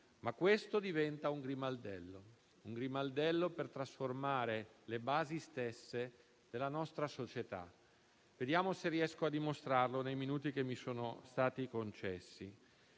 facendola diventare un grimaldello per trasformare le basi stesse della nostra società. Vediamo se riesco a dimostrarlo nei minuti che mi sono stati concessi.